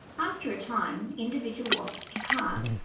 after a time, individual wasps depart,